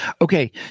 Okay